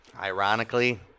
Ironically